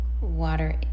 water